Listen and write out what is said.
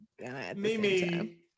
Mimi